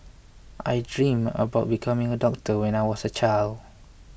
I dreamt of becoming a doctor when I was a child